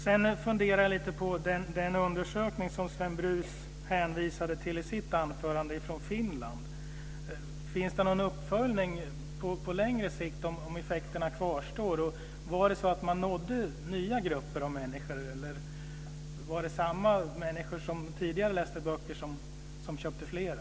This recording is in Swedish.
Sedan funderar jag lite på den undersökning från Finland som Sven Brus hänvisade till i sitt anförande. Finns det någon uppföljning på längre sikt om ifall effekterna kvarstår? Nådde man nya grupper av människor eller var det samma människor som tidigare läste böcker som köpte flera?